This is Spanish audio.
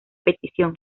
petición